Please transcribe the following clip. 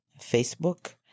Facebook